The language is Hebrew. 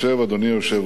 אדוני היושב-ראש,